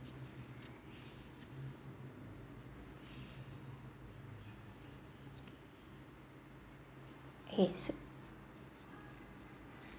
okay so